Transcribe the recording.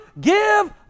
give